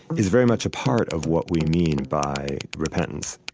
is very much a part of what we mean by repentance